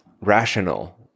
rational